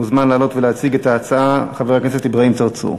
מוזמן לעלות ולהציג את ההצעה חבר הכנסת אברהים צרצור.